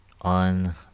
on